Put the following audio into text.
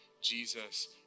Jesus